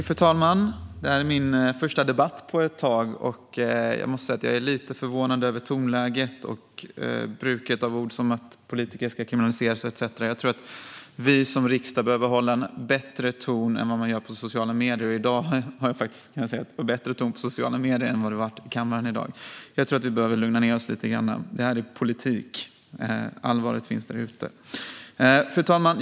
Fru talman! Det här är min första debatt på ett tag. Jag måste säga att jag är lite förvånad över tonläget och bruket av ord, till exempel att politiker ska kriminaliseras. Vi i riksdagen behöver hålla en bättre ton än vad man gör i sociala medier. I dag har jag sett en bättre ton i sociala medier än vad jag hört i kammaren. Jag tror att vi behöver lugna ned oss lite grann. Det här är politik. Allvaret finns där ute. Fru talman!